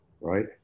right